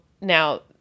now